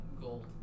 gold